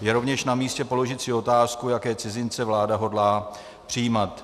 Je rovněž namístě položit si otázku, jaké cizince vláda hodlá přijímat.